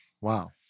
Wow